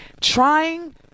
trying